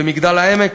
במגדל-העמק,